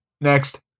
Next